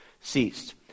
ceased